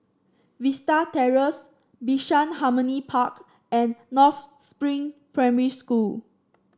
Vista Terrace Bishan Harmony Park and North Spring Primary School